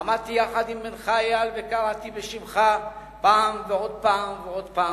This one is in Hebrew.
עמדתי יחד עם בנך אייל וקראתי בשמך פעם ועוד פעם ועוד פעם,